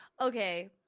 Okay